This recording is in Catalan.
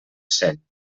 cent